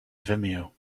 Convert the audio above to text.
vimeo